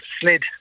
slid